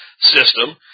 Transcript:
system